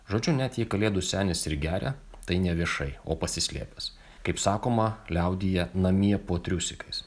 žodžiu net jei kalėdų senis ir geria tai neviešai o pasislėpęs kaip sakoma liaudyje namie po triusikais